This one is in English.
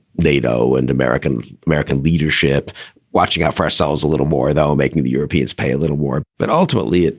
nato and american american leadership watching out for ourselves a little more than we're making the europeans pay a little more. but ultimately,